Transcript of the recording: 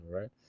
right